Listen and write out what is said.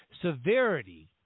severity